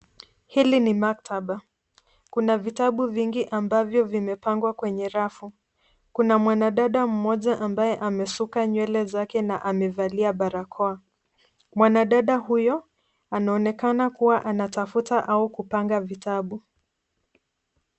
Hili ni maktaba, kuna vitabu vingi ambavyo vimepangwa kwenye rafu. Kuna mwanadada mmoja ambaye amesuka nywele zake na amevalia barakoa. Mwanadada huyo, anaonekana kuwa anatafuta au kupanga vitabu.